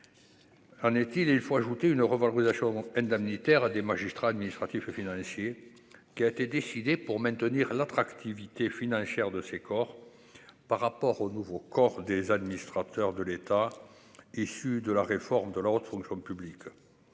En est-il, il faut ajouter une revalorisation vont indemnitaire à des magistrats administratifs et financiers, qui a été décidé pour maintenir l'attractivité financière de ces corps par rapport au nouveau corps des administrateurs de l'État issu de la réforme de la haute fonction publique